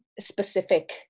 specific